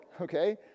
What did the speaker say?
okay